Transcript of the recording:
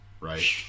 right